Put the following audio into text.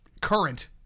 current